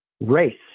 race